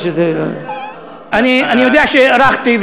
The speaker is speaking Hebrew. אני יודע שהארכתי,